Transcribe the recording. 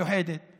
התשובה היא קבילה.